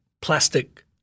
Plastic